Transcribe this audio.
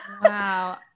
Wow